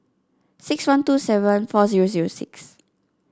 six one two seven four zero zero six